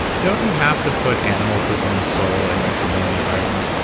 don't you have to put animal poop in the soil in your community garden?